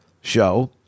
show